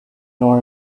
nor